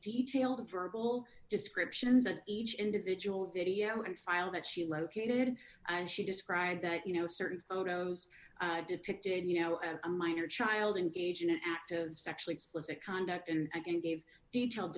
detail the verbal descriptions of each individual video and file that she located and she described that you know certain photos depicted you know of a minor child engaged in an act of sexually explicit conduct and again gave detailed